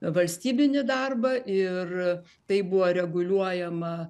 valstybinį darbą ir tai buvo reguliuojama